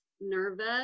nervous